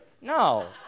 No